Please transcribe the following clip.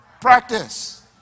practice